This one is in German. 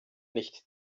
nicht